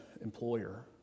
employer